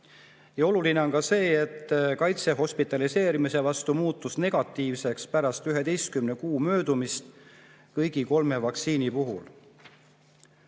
Oluline on ka see, et kaitse hospitaliseerimise vastu muutus negatiivseks pärast 11 kuu möödumist kõigi kolme vaktsiini puhul.